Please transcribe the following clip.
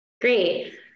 Great